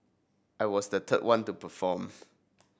I was the third one to perform